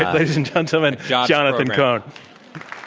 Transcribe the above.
ladies and gentlemen, jonathan cohn.